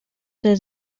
der